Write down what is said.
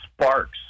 sparks